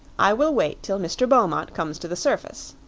i will wait till mr. beaumont comes to the surface.